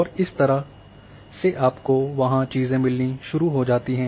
और इस तरह से आपको वहां चीजें मिलनी शुरू हो जाती हैं